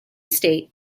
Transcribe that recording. state